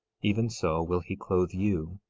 even so will he clothe you,